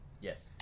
Yes